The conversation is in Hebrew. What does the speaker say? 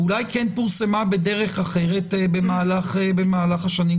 ואולי כן פורסמה בדרך אחרת במהלך השנים.